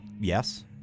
Yes